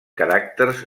caràcters